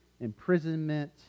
imprisonment